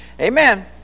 Amen